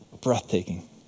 breathtaking